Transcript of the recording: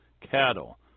cattle